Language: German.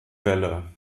welle